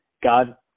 god